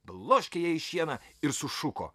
bloškė ją į šieną ir sušuko